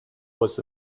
was